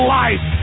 life